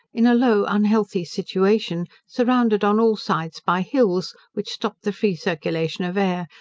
in a low unhealthy situation, surrounded on all sides by hills, which stop the free circulation of air,